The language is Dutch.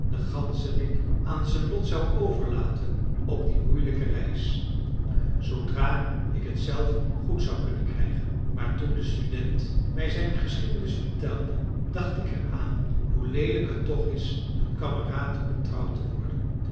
den ganzerik aan zijn lot zou overlaten op die moeielijke reis zoodra ik het zelf goed zou kunnen krijgen maar toen de student mij zijn geschiedenis vertelde dacht ik er aan hoe leelijk het toch is een kameraad ontrouw te worden